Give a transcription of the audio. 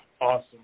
awesome